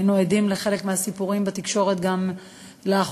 היינו עדים לחלק מהסיפורים בתקשורת גם לאחרונה,